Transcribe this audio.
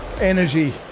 energy